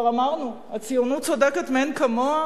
כבר אמרנו שהציונות צודקת מאין כמוה.